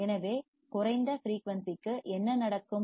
எனவே குறைந்த லோ ஃபிரீயூன்சிக்கு என்ன நடக்கும்